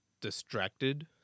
distracted